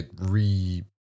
re